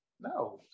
no